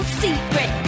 secret